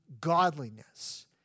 godliness